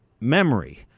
memory